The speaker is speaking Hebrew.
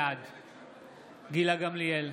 בעד גילה גמליאל,